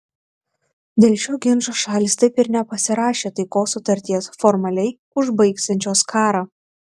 dėl šio ginčo šalys taip ir nepasirašė taikos sutarties formaliai užbaigsiančios karą